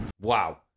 Wow